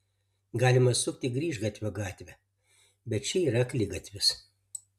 galima sukti į grįžgatvio gatvę bet ši yra akligatvis